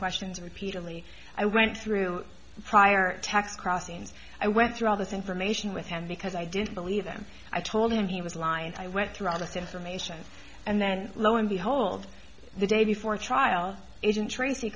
questions repeatedly i went through prior text crossings i went through all this information with him because i didn't believe them i told him he was lying and i went to honest information and then lo and behold the day before trial agent tracy